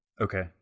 Okay